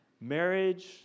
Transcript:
marriage